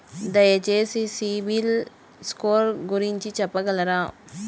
దయచేసి CIBIL score గురించి చెప్పగలరా?